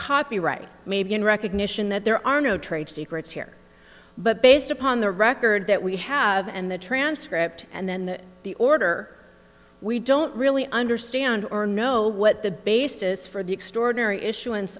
copyright maybe in recognition that there are no trade secrets here but based upon the record that we have and the transcript and then the order we don't really understand or know what the basis for the extraordinary issuance